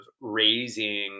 raising